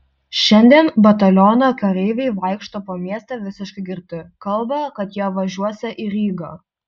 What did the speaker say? šiandien bataliono kareiviai vaikšto po miestą visiškai girti kalba kad jie važiuosią į rygą